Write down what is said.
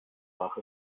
fach